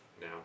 Now